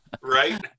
Right